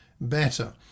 better